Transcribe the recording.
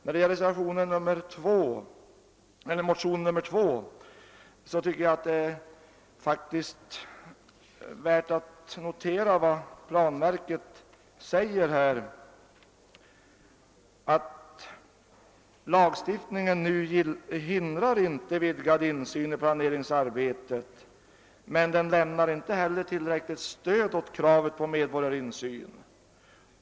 När det gäller motionen II: 1115 tycker jag att det är värt att notera vad planverket uttalat, nämligen att lagstifningen nu inte hindrar vidgad insyn i planeringsarbetet men att den inte heller lämnar tillräckligt stöd åt kravet på medborgarinsyn.